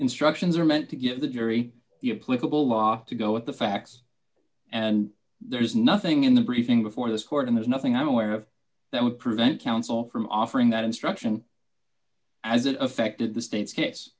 instructions are meant to give the jury your political law to go with the facts and there is nothing in the briefing before this court and there's nothing i'm aware of that would prevent counsel from offering that instruction as it affected the state's case